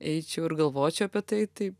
eičiau ir galvočiau apie tai taip